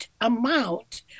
amount